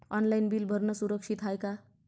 Online bill भरनं सुरक्षित हाय का?